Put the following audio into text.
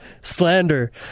slander